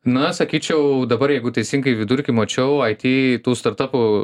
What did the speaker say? na sakyčiau dabar jeigu teisingai vidurkį mačiau it tų startapų